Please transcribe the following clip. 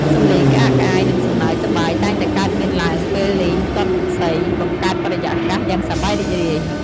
សំឡេងក្អាកក្អាយ និងសំណើចសប្បាយតែងតែកើតមានឡើងពេលលេងទាត់សី បង្កើតបរិយាកាសយ៉ាងសប្បាយរីករាយ។